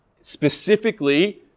specifically